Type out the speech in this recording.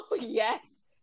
yes